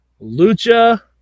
Lucha